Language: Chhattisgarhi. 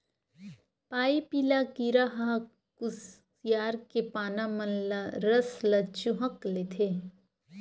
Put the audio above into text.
पाइपिला कीरा ह खुसियार के पाना मन ले रस ल चूंहक लेथे